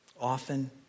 often